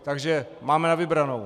Takže máme na vybranou.